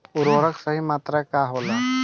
उर्वरक के सही मात्रा का होला?